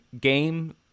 game